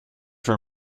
for